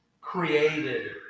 created